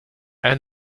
and